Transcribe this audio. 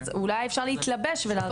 אז אולי אפשר להתלבש ולהרחיב.